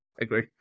agree